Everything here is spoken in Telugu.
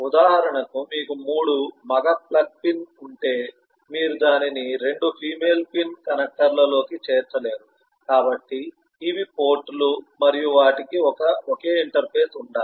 ఉదాహరణకు మీకు మూడు మగ ప్లగ్ పిన్ ఉంటే మీరు దానిని 2 ఫిమేల్ పిన్ కనెక్టర్లోకి చేర్చలేరు కాబట్టి ఇవి పోర్ట్లు మరియు వాటికి ఒకే ఇంటర్ఫేస్ ఉండాలి